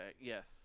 Yes